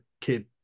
kid